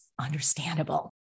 understandable